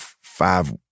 five